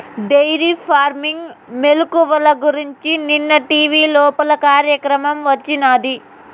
dairy farming మెలుకువల గురించి నిన్న టీవీలోప కార్యక్రమం వచ్చినాది